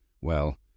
Well